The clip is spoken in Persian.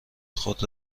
خود